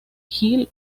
gil